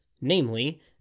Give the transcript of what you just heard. Namely